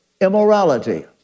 immorality